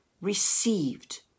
received